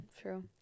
true